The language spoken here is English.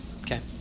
okay